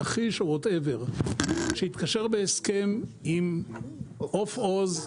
לכיש או וואט אבר שיתקשר בהסכם עם עוף עוז,